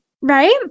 Right